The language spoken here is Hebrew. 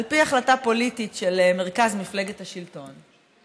על פי החלטה פוליטית של מרכז מפלגת השלטון,